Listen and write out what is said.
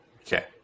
Okay